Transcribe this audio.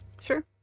Sure